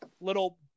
little